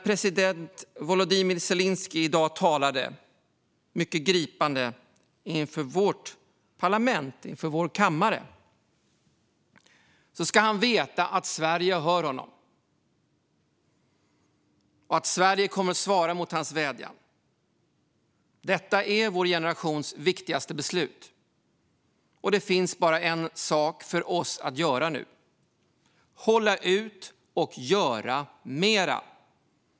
President Volodymyr Zelenskyj talade i dag mycket gripande inför vårt parlament, vår kammare. Han ska veta att Sverige hör honom och att Sverige kommer att svara på hans vädjan. Detta är vår generations viktigaste beslut, och nu kan vi bara hålla ut och göra mer.